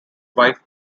wife